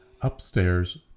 upstairs